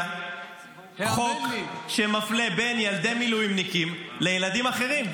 חוק שמפלה בין ילדי מילואימניקים לילדים אחרים.